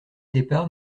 départ